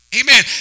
amen